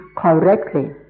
correctly